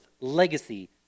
legacy